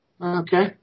Okay